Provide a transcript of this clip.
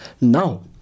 Now